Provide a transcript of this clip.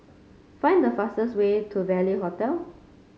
find the fastest way to Value Hotel